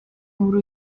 muri